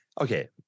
okay